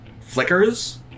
flickers